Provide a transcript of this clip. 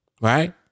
Right